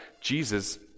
jesus